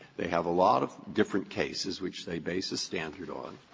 they have a lot of different cases which they base the standard on,